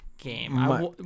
game